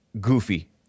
goofy